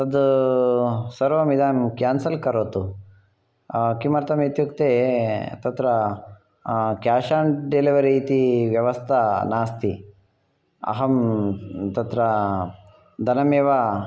तत् सर्वम् इदानीं केन्सल् करोतु किमर्थमित्युक्ते तत्र केश् ओन् डेलिवरी इति व्यवस्था नास्ति अहं तत्र धनमेव